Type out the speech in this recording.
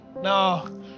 No